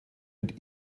mit